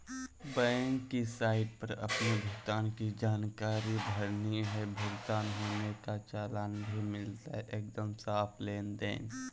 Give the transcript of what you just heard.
bank की site पर अपने भुगतान की जानकारी भरनी है, भुगतान होने का चालान भी मिलता है एकदम साफ़ लेनदेन